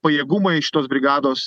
pajėgumai šitos brigados